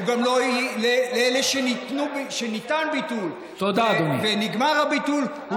לאלה שניתן ביטול ונגמר הביטול,